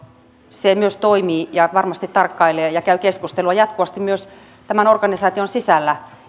se toimii ja varmasti tarkkailee ja ja käy keskustelua jatkuvasti myös tämän organisaation sisällä